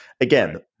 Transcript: Again